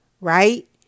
right